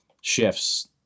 shifts